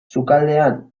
sukaldean